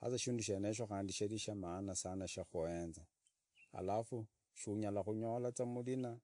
Sasa ishindu shenisho kandi nishamaana sana shokohanza, alafu kandi shunyala konyolaza umurina